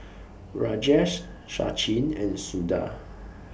Rajesh Sachin and Suda